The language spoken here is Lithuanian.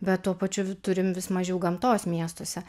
bet tuo pačiu vi turim vis mažiau gamtos miestuose